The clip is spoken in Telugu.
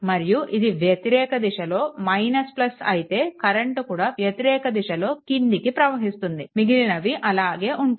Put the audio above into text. మరియు ఇది వ్యతిరేక దిశలో అయితే కరెంట్ కూడా వ్యతిరేక దిశలో క్రిందికి ప్రవహిస్తుంది మిగిలినవి అలాగే ఉంటాయి